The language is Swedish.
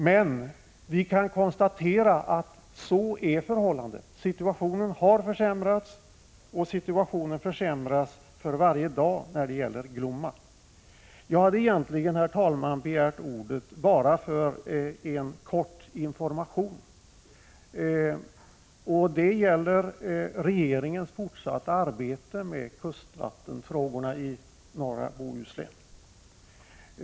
Men vi kan konstatera att situationen har försämrats, och den försämras för varje dag när det gäller Glomma. Herr talman! Jag hade egentligen begärt ordet bara för att ge en kort information om regeringens fortsatta arbete med kustvattenfrågorna i norra Bohuslän.